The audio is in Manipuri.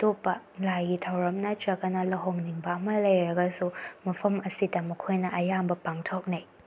ꯑꯇꯣꯞꯄ ꯂꯥꯏꯒꯤ ꯊꯧꯔꯝ ꯅꯠꯇ꯭ꯔꯒꯅ ꯂꯨꯍꯣꯡꯅꯤꯡꯕ ꯑꯃ ꯂꯩꯔꯒꯁꯨ ꯃꯐꯝ ꯑꯁꯤꯗ ꯃꯈꯣꯏꯅ ꯑꯌꯥꯝꯕ ꯄꯥꯡꯊꯣꯛꯅꯩ